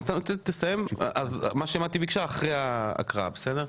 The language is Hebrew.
אז תסיים ומה שמטי ביקשה אחרי ההקראה, בסדר?